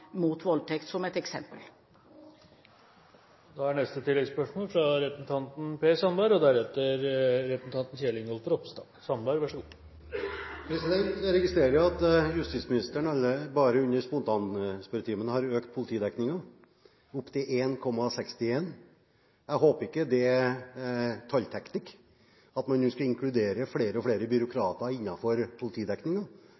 mot voldtekt, som et eksempel. Per Sandberg – til oppfølgingsspørsmål. Jeg registrerer at justisministeren bare under spontanspørretimen har økt politidekningen – til 1,61. Jeg håper det ikke er tallteknikk – at man nå skal inkludere flere og flere